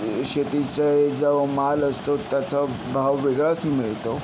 शेतीचा माल असतो त्याचा भाव वेगळाच मिळतो